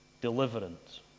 deliverance